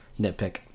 nitpick